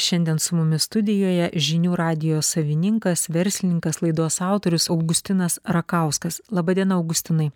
šiandien su mumis studijoje žinių radijo savininkas verslininkas laidos autorius augustinas rakauskas laba diena augustinai